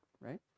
right